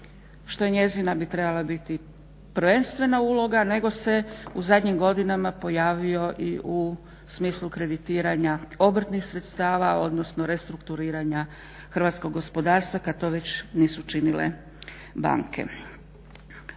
što je njezina bi trebala biti prvenstvena uloga, nego se u zadnjim godinama pojavio i u smislu kreditiranja obrtnih sredstava, odnosno restrukturiranja hrvatskog gospodarstva kad to već nisu činile banke.